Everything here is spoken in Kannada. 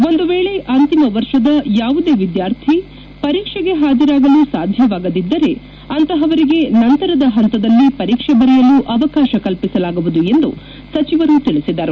ಒಂದು ವೇಳೆ ಅಂತಿಮ ವರ್ಷದ ಯಾವುದೇ ವಿದ್ಯಾರ್ಥಿ ಪರೀಕ್ಷೆಗೆ ಹಾಜರಾಗಲು ಸಾಧ್ಯವಾಗದಿದ್ದರೆ ಅಂತಪವರಿಗೆ ನಂತರದ ಪಂತದಲ್ಲಿ ಪರೀಕ್ಷೆ ಬರೆಯಲು ಅವಕಾಶ ಕಲ್ಪಿಸಲಾಗುವುದು ಎಂದು ಸಚಿವರು ತಿಳಿಸಿದರು